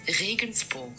Regensburg